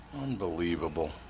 unbelievable